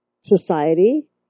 society